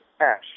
Ash